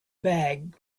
bag